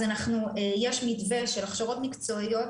אז יש מתווה של הכשרות מקצועיות